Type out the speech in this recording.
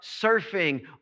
surfing